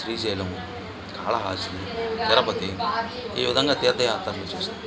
శ్రీశైలం కాళహస్తి తిరుపతి ఈ విధంగా తీర్ధయాత్రలను చేసు